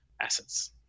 assets